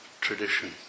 tradition